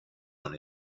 non